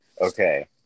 okay